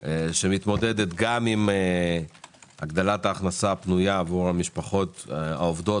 שמתמודדת גם עם הגדלת ההכנסה הפנויה עבור המשפחות העובדות,